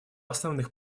основных